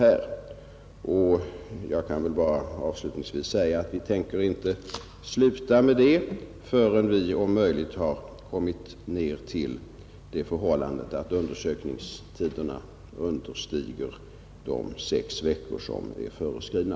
Avslutningsvis kan jag bara säga att vi inte tänker sluta med det förrän vi om möjligt uppnått att undersökningstiderna understiger de sex veckor som är föreskrivna.